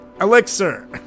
Elixir